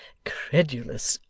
credulous,